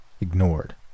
ignored